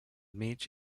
mig